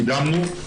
קידמנו.